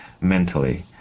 mentally